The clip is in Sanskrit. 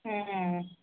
हा हा